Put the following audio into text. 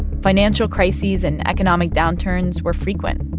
financial crises and economic downturns were frequent.